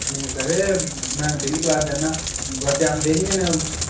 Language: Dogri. नेईं सर मैं डेली क्लास जन्नां बच्चे आंदे नि हैन